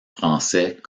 français